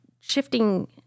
shifting